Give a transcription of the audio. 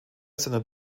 seiner